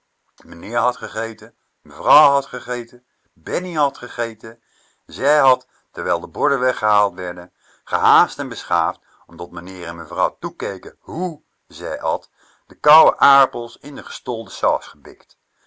meneer had gegeten mevrouw had gegeten bennie had gegeten zij had terwijl de borden weggehaald werden gehaast en beschaafd omdat meneer en mevrouw toekeken he ze at de kouwe aarpels in de gestolte saus gebikt